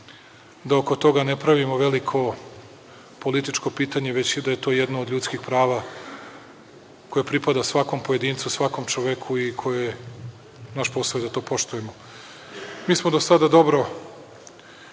da oko toga ne pravimo veliko političko pitanje, već i da je to jedno od ljudskih prava koje pripada svakom pojedincu, svakom čoveku i naš posao je da to poštujemo. Mi smo do sada uspeli